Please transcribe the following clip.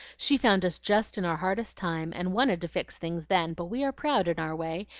she found us just in our hardest time, and wanted to fix things then but we are proud in our way,